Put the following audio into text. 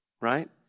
right